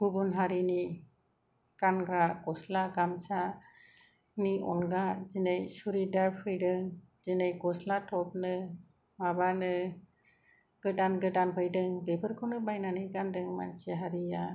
गुबुन हारिनि गानग्रा गस्ला गामसानि अनगा दिनै सुरिदार फैदों दिनै गस्ला टप नो माबा नो गोदान गोदान फैदों बेखौनो बायनानै गानदों मानसि हारिया